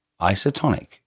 Isotonic